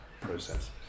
process